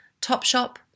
Topshop